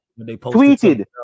tweeted